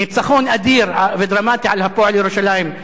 ניצחון אדיר ודרמטי על "הפועל ירושלים",